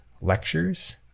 lectures